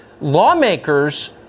Lawmakers